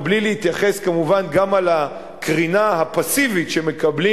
ובלי להתייחס כמובן גם לקרינה הפסיבית שמקבלים